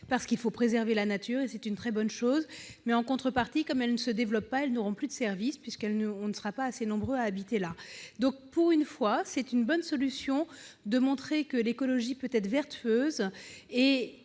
parce qu'il faut préserver la nature, ce qui est une très bonne chose ; d'autre part, comme elles ne se développent pas, elles n'auront plus de services, puisqu'on ne sera pas assez nombreux à habiter là. Pour une fois, c'est une bonne solution de montrer que l'écologie peut être vertueuse